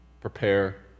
prepare